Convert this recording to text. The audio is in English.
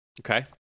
Okay